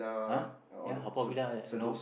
uh ya Haw-Par-Villa ya no